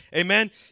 Amen